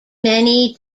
many